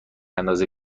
اندازه